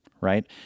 right